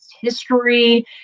history